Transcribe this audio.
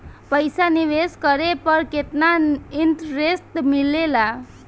पईसा निवेश करे पर केतना इंटरेस्ट मिलेला?